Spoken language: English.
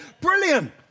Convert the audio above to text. brilliant